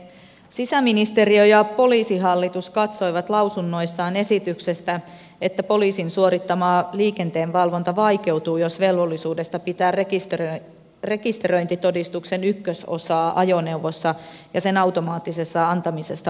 sisäministeriö ja poliisihallitus katsoivat lausunnoissaan esityksestä että poliisin suorittama liikenteenvalvonta vaikeutuu jos velvollisuudesta pitää rekisteröintitodistuksen ykkös osaa ajoneuvossa ja sen automaattisesta antamisesta luovutaan